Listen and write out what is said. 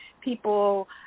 people